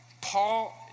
Paul